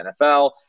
NFL